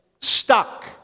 stuck